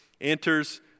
enters